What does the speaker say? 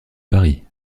paris